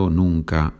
nunca